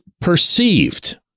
perceived